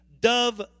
Dove